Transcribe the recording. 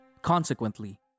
Consequently